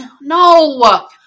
no